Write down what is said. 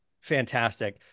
fantastic